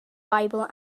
bible